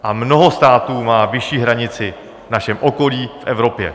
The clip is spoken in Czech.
A mnoho států má vyšší hranici v našem okolí, v Evropě.